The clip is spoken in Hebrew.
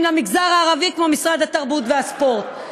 למגזר הערבי כמו משרד התרבות והספורט.